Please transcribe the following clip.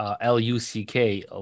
L-U-C-K